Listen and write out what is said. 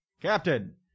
Captain